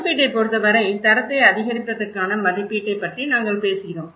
மதிப்பீட்டைப் பொறுத்தவரை தரத்தை அதிகரிப்பதற்கான மதிப்பீட்டைப் பற்றி நாங்கள் பேசுகிறோம்